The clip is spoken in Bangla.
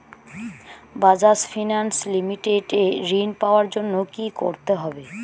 বাজাজ ফিনান্স লিমিটেড এ ঋন পাওয়ার জন্য কি করতে হবে?